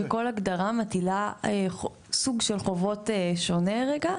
שכל הגדרה מטילה סוג של חובות שונה רגע,